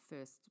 first